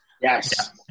Yes